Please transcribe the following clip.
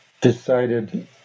decided